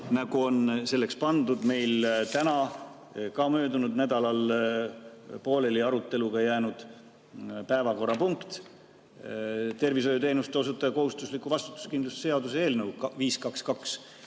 nagu on selleks pandud meil täna ka möödunud nädalal pooleli aruteluga jäänud päevakorrapunkt tervishoiuteenuse osutaja kohustusliku vastutuskindlustuse seaduse eelnõu 522.